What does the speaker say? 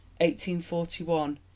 1841